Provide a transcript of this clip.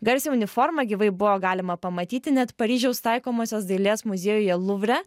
garsią uniformą gyvai buvo galima pamatyti net paryžiaus taikomosios dailės muziejuje luvre